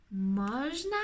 Można